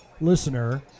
listener